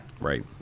Right